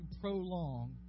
prolong